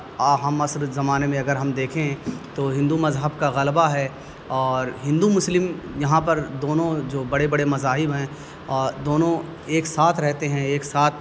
ہم عصر زمانے میں اگر ہم دیکھیں تو ہندو مذہب کا غلبہ ہے اور ہندو مسلم یہاں پر دونوں جو بڑے بڑے مذاہب ہیں اور دونوں ایک ساتھ رہتے ہیں ایک ساتھ